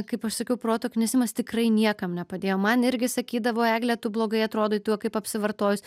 kaip aš sakiau proto knisimas tikrai niekam nepadėjo man irgi sakydavo egle blogai atrodai tu kaip apsivartojus